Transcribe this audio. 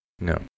No